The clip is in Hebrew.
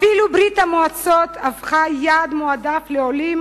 אפילו ברית-המועצות לשעבר הפכה יעד מועדף לעולים